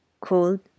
Cold